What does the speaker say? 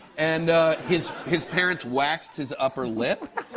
and his his parents waxed his upper lip.